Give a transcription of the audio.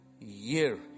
year